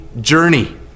journey